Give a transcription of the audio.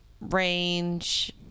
range